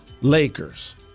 Lakers